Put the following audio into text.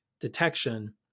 detection